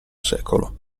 secolo